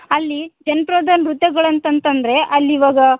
ಅಲ್ಲಿ ಜನಪದ ನೃತ್ಯಗಳ್ ಅಂತಂತಂದರೆ ಅಲ್ಲಿ ಇವಾಗ